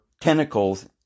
tentacles